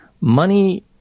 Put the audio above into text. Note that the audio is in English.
money